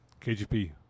KGP